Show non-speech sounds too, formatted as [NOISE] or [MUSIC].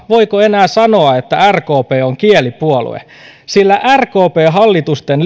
voiko enää sanoa että rkp on kielipuolue sillä rkpn hallitusten [UNINTELLIGIBLE]